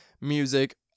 music